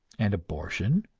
and abortion,